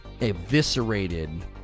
eviscerated